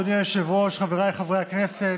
אדוני היושב-ראש, חבריי חברי הכנסת,